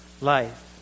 life